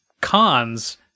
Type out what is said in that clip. cons